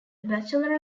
bachelor